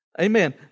Amen